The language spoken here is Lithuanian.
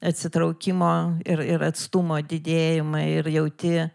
atsitraukimo ir ir atstumo didėjimą ir jauti